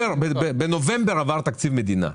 בנובמבר עבר תקציב המדינה.